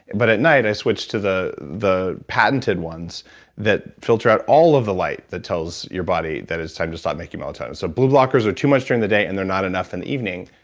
but at night, i switch to the the patented ones that filter out all of the light that tells your body that it's time to start making melatonin. so blue blockers are too much during the day and they're not enough in and the evening.